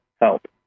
help